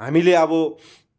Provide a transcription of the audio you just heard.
हामीले अब